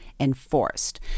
enforced